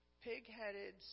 pig-headed